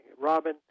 Robin